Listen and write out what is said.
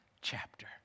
chapter